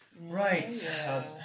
Right